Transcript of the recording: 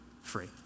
free